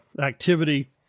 activity